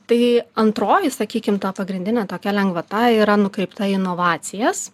tai antroji sakykim ta pagrindinė tokia lengvata yra nukreipta į inovacijas